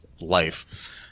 life